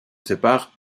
sépare